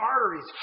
arteries